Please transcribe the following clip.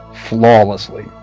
flawlessly